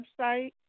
website